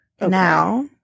Now